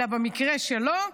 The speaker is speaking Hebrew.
אלא במקרה שלו,